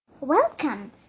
welcome